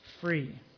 free